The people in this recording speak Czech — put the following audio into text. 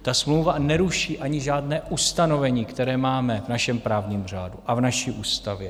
Ta smlouva neruší ani žádné ustanovení, které máme v našem právním řádu a v naší ústavě.